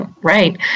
right